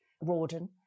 Rawdon